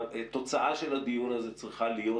התוצאה של הדיון הזה צריכה להיות,